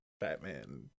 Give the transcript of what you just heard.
Batman